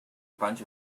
bunch